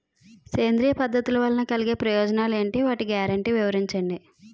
సేంద్రీయ పద్ధతుల వలన కలిగే ప్రయోజనాలు ఎంటి? వాటి గ్యారంటీ వివరించండి?